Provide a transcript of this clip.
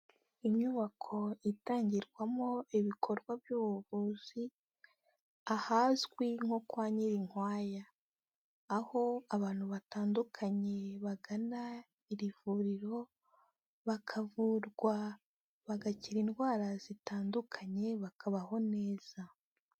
Inyubako itangirwamo ibikorwa by'ubuvuzi ahazwi nko kwa Nyirinkwaya. Aho abantu batandukanye bagana iri vuriro bakavurwa bagakira indwara zitandukanye bakabaho neza.